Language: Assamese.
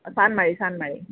অঁ চান্দমাৰী চান্দমাৰী